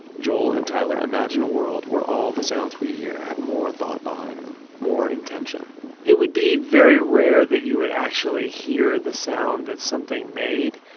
joel and tyler imagine a world where all the sounds we hear have more thought behind them, more intention it would be very rare that you would actually hear the sound that something made.